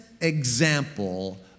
example